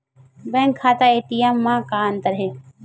Bank खाता ATM मा का अंतर हे?